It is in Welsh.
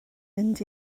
mynd